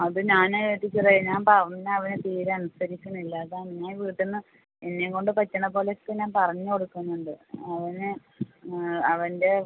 അത് ഞാൻ ടീച്ചറേ ഞാൻ പറഞ്ഞാൽ അവന് തീരെ അനുസരിക്കുന്നില്ല അതാണ് ഞാൻ വീട്ടിൽ നിന്ന് എന്നെ കൊണ്ട് പറ്റുന്ന പോലെ ഒക്കെ ഞാൻ പറഞ്ഞ് കൊടുക്കുന്നുണ്ട് അവന് അവൻ്റെ